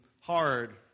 hard